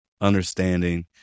understanding